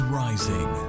rising